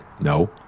No